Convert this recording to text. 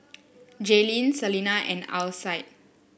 Jaelynn Selina and Alcide